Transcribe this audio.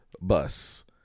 Bus